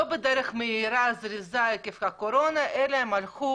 זה לא בדרך מהירה וזריזה עקב הקורונה אלא הם הלכו